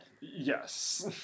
Yes